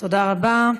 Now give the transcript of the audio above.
תודה רבה.